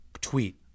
tweet